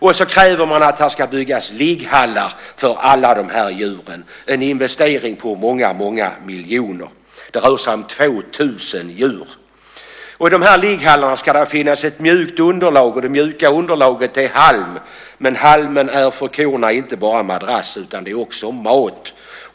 Man kräver att det ska byggas ligghallar för alla dessa djur, vilket är en investering på många miljoner. Det rör sig om 2 000 djur. I dessa ligghallar ska det finnas ett mjukt underlag, och det mjuka underlaget är halm. Men halmen är för korna inte bara en madrass, utan det är också mat.